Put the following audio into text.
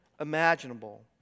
imaginable